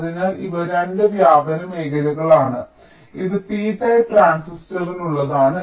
അതിനാൽ ഇവ 2 വ്യാപന മേഖലകളാണ് ഇത് p ടൈപ്പ് ട്രാൻസിസ്റ്ററിനുള്ളതാണ്